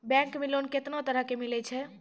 Bank मे loan कैतना तरह के मिलै छै?